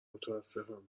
متاسفم